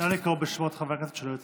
לקרוא בשמות חברי הכנסת שלא הצביעו,